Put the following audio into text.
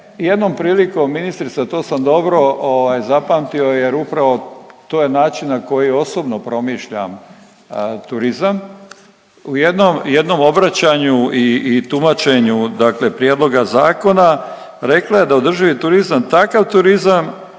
jednom prilikom ministrica, to sam dobro zapamtio jer upravo to je način na koji osobno promišljam turizam u jednom obraćanju i tumačenju prijedloga zakona, rekla je da je održivi turizam takav turizam